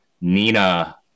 Nina